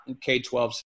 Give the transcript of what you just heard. K-12